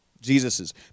Jesus's